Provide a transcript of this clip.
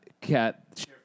Cat